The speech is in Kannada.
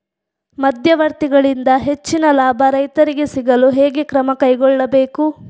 ಮಧ್ಯವರ್ತಿಗಳಿಂದ ಹೆಚ್ಚಿನ ಲಾಭ ರೈತರಿಗೆ ಸಿಗಲು ಹೇಗೆ ಕ್ರಮ ಕೈಗೊಳ್ಳಬೇಕು?